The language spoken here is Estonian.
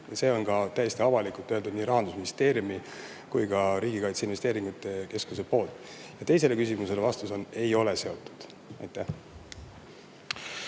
Seda on täiesti avalikult öeldud nii Rahandusministeeriumist kui ka Riigi Kaitseinvesteeringute Keskusest. Teisele küsimusele vastus on: ei ole seotud. Anti